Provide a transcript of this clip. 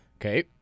Okay